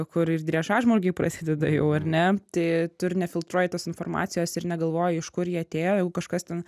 kur ir driežažmogiai prasideda jau ar ne tai tu ir nefiltruoji tos informacijos ir negalvoji iš kur ji atėjo jeigu kažkas ten